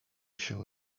się